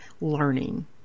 learning